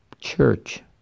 church